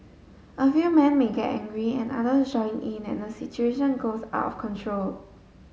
a few men may get angry and others join in and the situation goes out of control